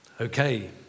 Okay